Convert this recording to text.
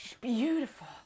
Beautiful